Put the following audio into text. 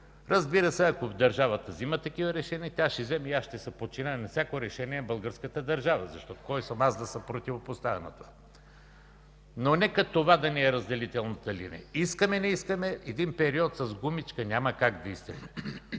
Разбира се, ако държавата взема такива решения, аз ще се подчиня на всяко решение на българската държава, защото кой съм аз да се противопоставям на това?! Но нека това да ни е разделителната линия. Искаме, не искаме – един период с гумичка няма как да изтрием.